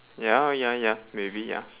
ya ya ya maybe ya